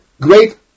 great